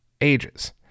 ages